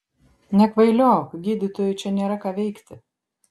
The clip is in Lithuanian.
nekvailiok gydytojui čia nėra ką veikti